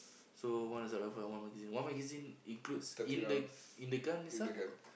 so one assault-rifle and one magazine one magazine includes in the in the gun itself or